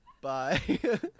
Bye